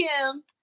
Kim